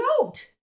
note